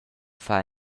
far